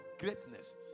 greatness